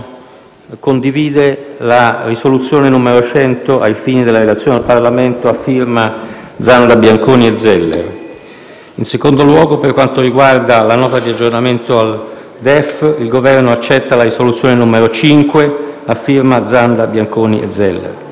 il Governo condivide la proposta di risoluzione n. 100, ai fini della relazione al Parlamento, a firma Zanda, Bianconi e Zeller. In secondo luogo, per quanto riguarda la Nota di aggiornamento al DEF, il Governo accetta la proposta di risoluzione n. 5 a firma Zanda, Bianconi e Zeller.